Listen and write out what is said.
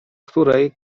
której